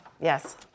Yes